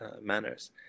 manners